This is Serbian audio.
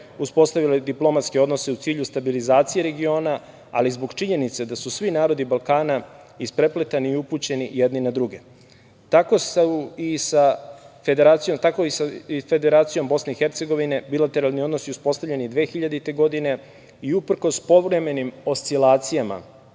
uspostavila diplomatske odnose u cilju stabilizacije regiona, ali zbog činjenice da su svi narodi Balkana isprepleteni i upućeni jedni na druge. Tako i sa Federacijom Bosne i Hercegovine, bilateralni odnosi uspostavljeni 2000. godine, i uprkos povremenim oscilacijama